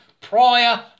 prior